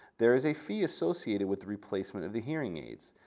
there is a fee associated with the replacement of the hearing aids.